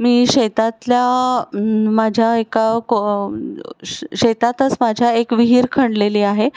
मी शेतातल्या माझ्या एका को शेतातच माझ्या एक विहीर खणलेली आहे